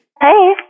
Hey